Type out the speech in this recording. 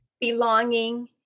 belonging